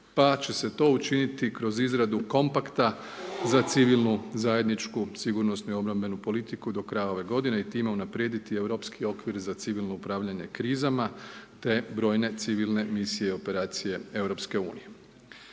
pa će se to učiniti kroz izradu kompakta za civilnu zajedničku sigurnosnu i obrambenu politiku do kraja ove godine i time unaprijediti europski okvir za civilno upravljanje krizama, te brojne civilne misije i operacije EU.